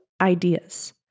ideas